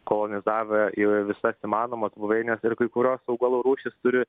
kolonizavę į visas įmanomas buveines ir kai kurios augalų rūšys turi